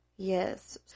Yes